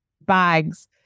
bags